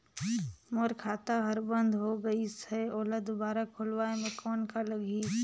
मोर खाता हर बंद हो गाईस है ओला दुबारा खोलवाय म कौन का लगही?